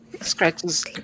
scratches